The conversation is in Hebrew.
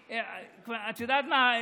את יודעת מה,